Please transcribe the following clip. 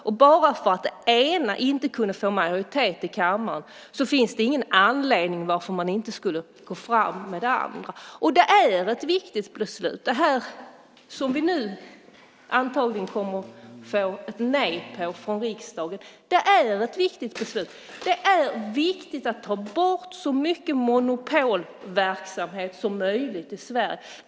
Bara för att det ena inte kunde få majoritet i kammaren finns det inte anledning varför man inte skulle gå fram med det andra. Det är ett viktigt beslut. Det vi nu antagligen kommer att få ett nej på från riksdagen är ett viktigt beslut. Det är viktigt att ta bort så mycket monopolverksamhet som möjligt i Sverige.